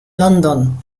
london